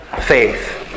faith